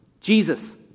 Jesus